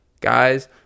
guys